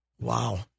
Wow